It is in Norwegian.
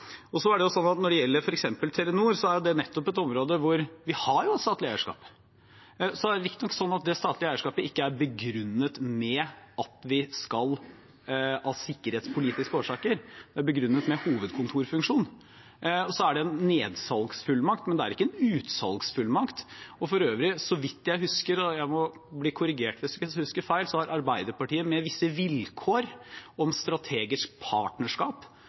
Når det gjelder f.eks. Telenor, er det nettopp et område hvor vi har statlig eierskap. Det er riktignok sånn at det statlige eierskapet ikke er begrunnet i sikkerhetspolitiske forhold, det er begrunnet i hovedkontorfunksjon. Det er en nedsalgsfullmakt, men det er ikke en utsalgsfullmakt. For øvrig har Arbeiderpartiet – så vidt jeg husker, og jeg må bli korrigert hvis jeg husker feil – med visse vilkår om strategisk partnerskap